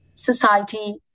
society